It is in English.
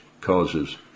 causes